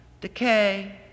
Decay